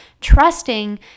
trusting